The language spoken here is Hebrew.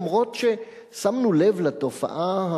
אף-על-פי ששמנו לב לתופעה,